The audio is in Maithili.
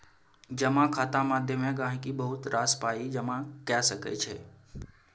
जमा खाता माध्यमे गहिंकी बहुत रास पाइ जमा कए सकै छै